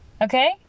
okay